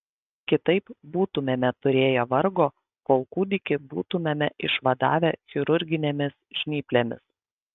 kitaip būtumėme turėję vargo kol kūdikį būtumėme išvadavę chirurginėmis žnyplėmis